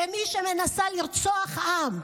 כמי שמנסים לרצוח עם?